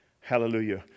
Hallelujah